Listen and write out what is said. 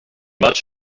much